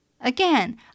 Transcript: Again